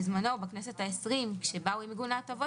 בזמנו בכנסת ה-20 כשבאו עם עיגון ההטבות